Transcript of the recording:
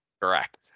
Correct